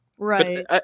Right